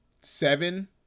seven